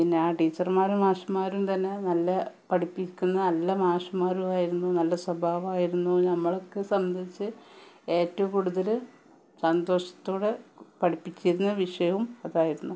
പിന്നെ ടീച്ചർമാരും മാഷുമാരും തന്നെ നല്ലെ പഠിപ്പിക്കുന്ന നല്ല മാഷുമാരുവായിരുന്നു നല്ല സ്വഭാവായിരുന്നു ഞങ്ങളെയൊക്കെ സംബന്ധിച്ച് ഏറ്റവും കൂടുതല് സന്തോഷത്തോടെ പഠിപ്പിക്കുന്ന വിഷയവും അതായിരുന്നു